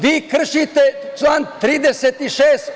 Vi kršite član 36.